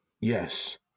Yes